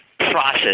process